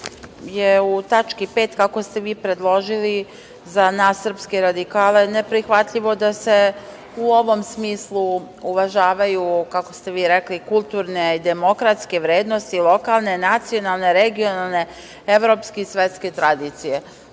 je u tački 5. kako ste vi predložili, za nas srpske radikale, neprihvatljivo da se u ovom smislu uvažavaju, kako ste vi rekli, kulturne i demokratske vrednosti lokalne, nacionalne, regionalne, evropske i svetske tradicije.